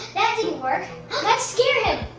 that didn't work! let's scare him!